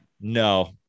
No